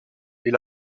est